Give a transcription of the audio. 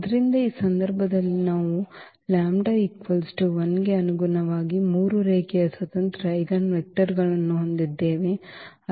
ಆದ್ದರಿಂದ ಈ ಸಂದರ್ಭದಲ್ಲಿ ನಾವು l ಗೆ ಅನುಗುಣವಾಗಿ ಮೂರು ರೇಖೀಯ ಸ್ವತಂತ್ರ ಐಜೆನ್ವೆಕ್ಟರ್ ಅನ್ನು ಹೊಂದಿದ್ದೇವೆ